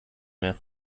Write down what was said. mehr